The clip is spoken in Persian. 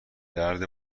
درد